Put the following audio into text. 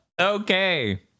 Okay